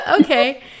okay